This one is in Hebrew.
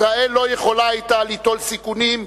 ישראל לא יכולה היתה ליטול סיכונים,